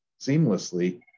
seamlessly